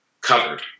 covered